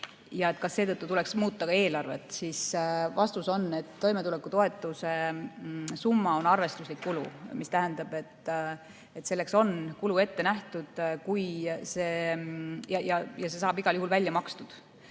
seetõttu muuta ka eelarvet? Vastus on, et toimetulekutoetuse summa on arvestuslik kulu. Selleks on kulu ette nähtud ja see saab igal juhul välja makstud